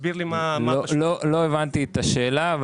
לא הבנתי את השאלה,